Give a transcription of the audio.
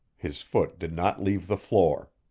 his foot did not leave the floor.